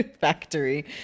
factory